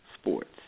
sports